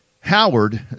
Howard –